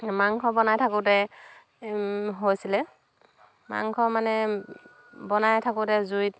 মাংস বনাই থাকোতে হৈছিলে মাংস মানে বনাই থাকোতে জুইত